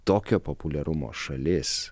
tokio populiarumo šalis